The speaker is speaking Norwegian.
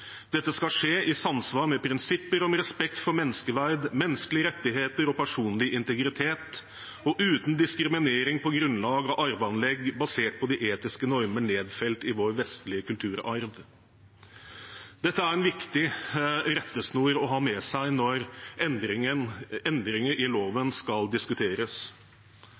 Dette skal skje i samsvar med prinsipper om respekt for menneskeverd, menneskelige rettigheter og personlig integritet og uten diskriminering på grunnlag av arveanlegg basert på de etiske normer nedfelt i vår vestlige kulturarv.» Dette er en viktig rettesnor å ha med seg når endringer i loven skal diskuteres.